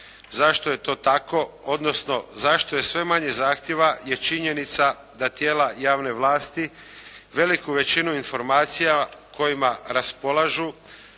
zašto je to tako, odnosno zašto je sve manje zahtjeva je činjenica da tijela javne vlasti veliku većinu informacija kojima raspolažu